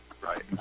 Right